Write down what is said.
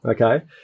okay